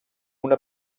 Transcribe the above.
una